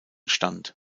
stand